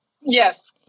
Yes